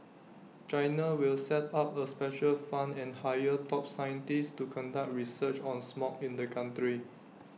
China will set up A special fund and hire top scientists to conduct research on smog in the country